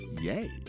yay